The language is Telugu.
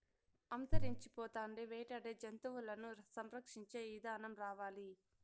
అంతరించిపోతాండే వేటాడే జంతువులను సంరక్షించే ఇదానం రావాలి